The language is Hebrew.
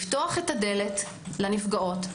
לפתוח את הדלת לנפגעות,